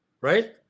right